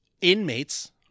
inmates